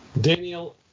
Daniel